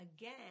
again